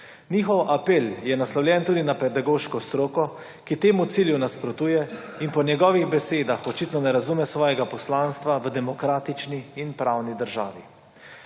Njihov apel je naslovljen tudi na pedagoško stroko, ki temu cilju nasprotuje in po njegovih besedah očitno ne razume svojega poslanstva v demokratični in pravni državi.